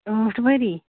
ٲٹھ ؤری